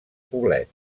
poblet